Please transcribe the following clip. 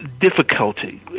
difficulty